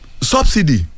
subsidy